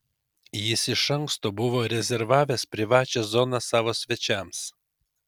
jis iš anksto buvo rezervavęs privačią zoną savo svečiams